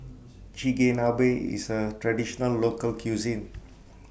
Chigenabe IS A Traditional Local Cuisine